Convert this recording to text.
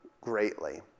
greatly